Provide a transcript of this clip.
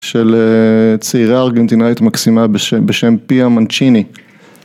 של צעירה ארגנטינאית מקסימה בשם פיה מנצ'יני.